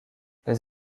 les